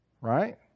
Right